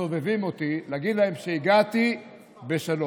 הסובבים אותי להגיד להם שהגעתי בשלום.